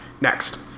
Next